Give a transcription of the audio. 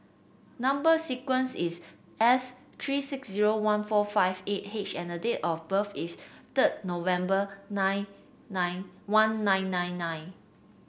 number sequence is S three six zero one four five eight H and date of birth is third November nine nine one nine nine nine